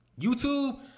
YouTube